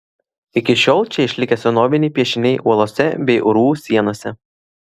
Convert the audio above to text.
iki šiol čia išlikę senoviniai piešiniai uolose bei urvų sienose